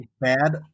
bad